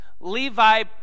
Levi